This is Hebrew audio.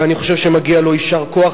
ואני חושב שמגיע לו יישר כוח,